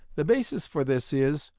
the basis for this is,